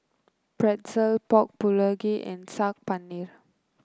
Pretzel Pork Bulgogi and Saag Paneer